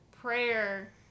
prayer